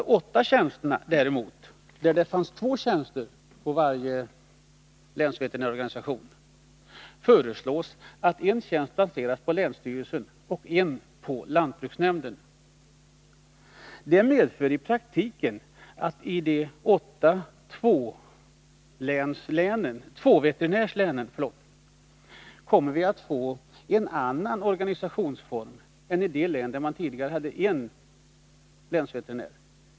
I 8 län har det tidigare funnits två tjänster inom varje distriktsorganisation. Enligt propositionens förslag skall en av dessa tjänster placeras på länsstyrelsen och en på lantbruksnämnden. Detta medför i praktiken att vi i dessa 8 län får en annan organisationsform än i de län där man tidigare hade en länsveterinär.